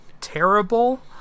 terrible